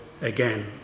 again